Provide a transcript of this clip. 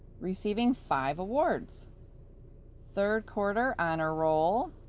receiving five awards third quarter honor roll,